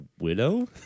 widow